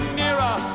nearer